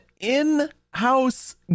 in-house